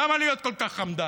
למה להיות כל כך חמדן?